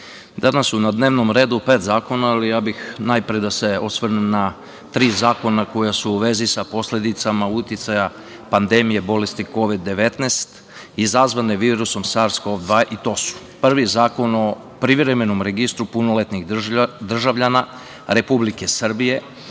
danas su na dnevnom redu pet zakona, ali ja bih najpre da se osvrnem na tri zakona koja su u vezi sa posledicama uticaja pandemije bolesti Kovid-19 izazvane virusom SARS-Kov2 i to su, prvi Zakon o privremenom registru punoletnih državljana Republike Srbije